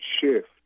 shift